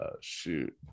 shoot